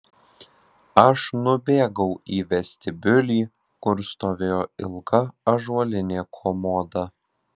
aš nubėgau į vestibiulį kur stovėjo ilga ąžuolinė komoda